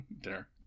dinner